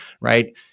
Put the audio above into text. right